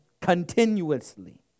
continuously